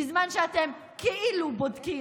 בזמן שאתם כאילו בודקים,